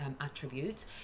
attributes